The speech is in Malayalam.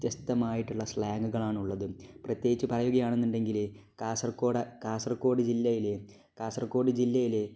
വ്യത്യസ്തമായിട്ടുള്ള സ്ലാങ്ങുകളാണുള്ളത് പ്രത്യേകിച്ച് പറയുകയാണെന്നുണ്ടെങ്കില് കാസർകോഡ് ജില്ലയിലെ കാസർകോഡ് ജില്ലയിലെ